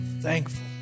thankful